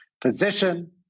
position